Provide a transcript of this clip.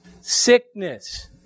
sickness